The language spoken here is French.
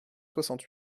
soixante